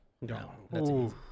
No